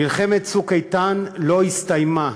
מלחמת "צוק איתן" לא הסתיימה.